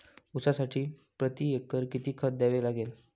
ऊसासाठी प्रतिएकर किती खत द्यावे लागेल?